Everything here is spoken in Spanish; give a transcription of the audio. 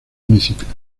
municipios